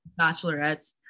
bachelorettes